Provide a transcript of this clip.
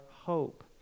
hope